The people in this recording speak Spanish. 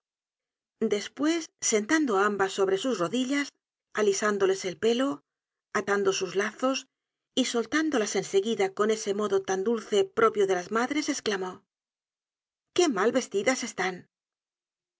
despues sentando á ambas sobre sus rodillas alisándoles el pelo atando sus lazos y soltándolas en seguida con ese modo tan dulce propio de las madres esclamó qué mal vestidas están